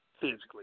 physically